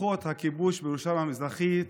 שכוחות הכיבוש בירושלים המזרחית